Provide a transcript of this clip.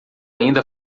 ainda